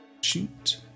shoot